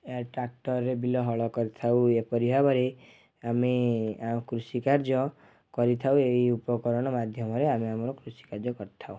ଏ ଟ୍ରାକ୍ଟରରେ ବିଲ ହଳ କରିଥାଉ ଏପରି ଭାବରେ ଆମେ ଆମ କୃଷିକାର୍ଯ୍ୟ କରିଥାଉ ଏଇ ଉପକରଣ ମାଧ୍ୟମରେ ଆମେ ଆମର କୃଷିକାର୍ଯ୍ୟ କରିଥାଉ